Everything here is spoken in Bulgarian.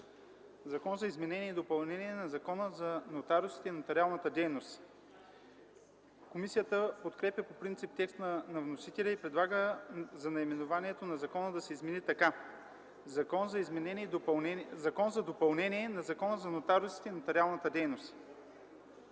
„Закон за изменение и допълнение на Закона за нотариусите и нотариалната дейност”. Комисията подкрепя по принцип текста на вносителя и предлага наименованието на закона да се измени така: „Закон за допълнение на Закона за нотариусите и нотариалната дейност”.